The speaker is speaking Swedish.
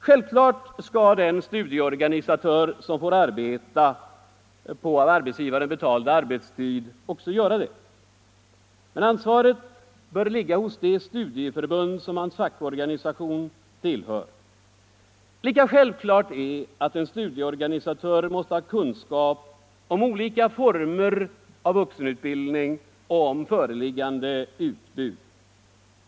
Självfallet skall den studieorganisatör som får arbeta på av arbetsgivaren betald arbetstid också göra det. Men ansvaret bör ligga hos det studieförbund som hans fackorganisation tillhör. Det är lika självklart att en studieorganisatör måste ha kunskap om olika former av vuxenutbildning och om föreliggande utbud.